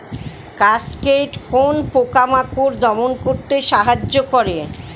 Cascade কোন পোকা মাকড় দমন করতে সাহায্য করে?